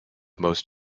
most